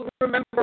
remember